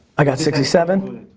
i got sixty seven.